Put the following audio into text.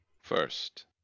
first